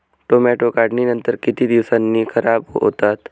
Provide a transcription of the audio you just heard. Tomato काढणीनंतर किती दिवसांनी खराब होतात?